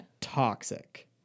toxic